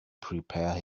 prepare